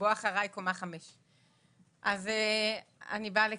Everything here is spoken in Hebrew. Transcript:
בוא אחריי, קומה 5. אני באה לכאן.